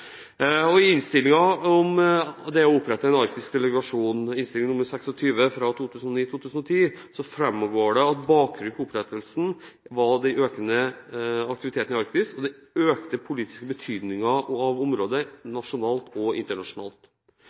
I innstillingen om å opprette en arktisk delegasjon, Innst. 26 S fra 2009–2010, framgår det at bakgrunnen for opprettelsen var den økte aktiviteten i Arktis, og den økte politiske betydningen av området nasjonalt og internasjonalt.